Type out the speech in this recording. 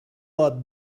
lot